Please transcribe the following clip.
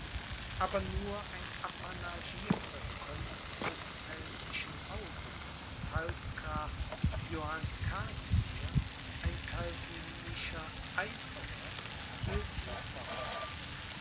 aber nur ein apanagierter prinz des pfälzischen hauses pfalzgraf johann casimir ein calvinischer eiferer hielt ihm wort